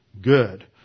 good